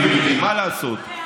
מה לעשות.